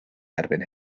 erbyn